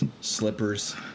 slippers